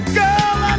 girl